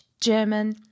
German